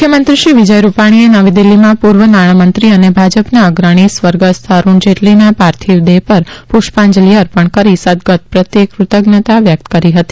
મુખ્યમંત્રી શ્રી વિજય રૂપાણીએ નવી દિલ્હીમાં પૂર્વ નાણાંમંત્રી અને ભાજપના અગ્રણી સ્વર્ગસ્થ અરૂણ જેટલીના પાર્થિવ દેહ પર પ્રષ્પાંજલિ અર્પણ કરી સદગત પ્રત્યે ક્રતજ્ઞના વ્યક્ત કરી હતી